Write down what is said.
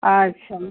अच्छा